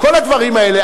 כל הדברים האלה.